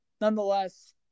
nonetheless